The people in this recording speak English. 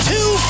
Two